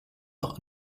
auch